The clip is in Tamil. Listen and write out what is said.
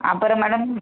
அப்புறம் மேடம்